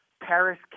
Paris